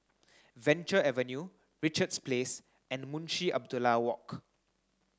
Venture Avenue Richards Place and Munshi Abdullah Walk